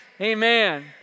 Amen